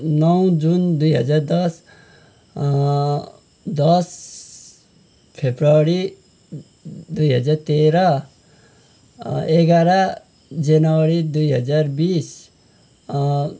नै जुन दुई हजार दस दस फेब्रुअरी दुई हजार तेह्र एघार जनवरी दुई हजार बिस